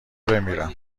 بمیرم